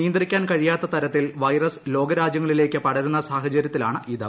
നിയന്ത്രിക്കാൻ കഴിയാത്ത തരത്തിൽ വൈറസ് ലോക രാജ്യങ്ങളിലേക്ക് പടരുന്ന സാഹചര്യത്തിലാണിത്